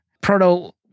Proto